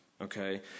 Okay